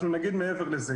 (היו"ר רם שפע, 10:24) אנחנו נגיד מעבר לזה.